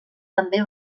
també